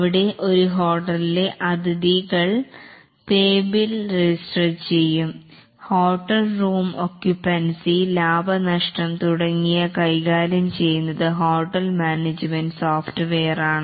ഇവിടെ ഒരു ഹോട്ടലിലെ അതിഥികളൾ പേ ബിൽ രജിസ്റ്റർ ചെയ്യുക ഹോട്ടൽ റൂം ഒക്യുപെൻസി ലാഭനഷ്ടം തുടങ്ങിയ കൈകാര്യം ചെയ്യുന്നത് ഹോട്ടൽ മാനേജ്മെൻറ് സോഫ്റ്റ്വെയറാണ്